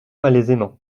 malaisément